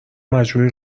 مجبوری